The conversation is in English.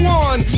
one